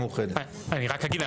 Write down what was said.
אני רק אגיד,